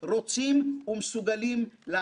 אני מנצל גם את ההזדמנות הזאת